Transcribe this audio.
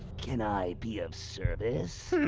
can i be of service?